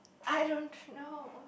I don't know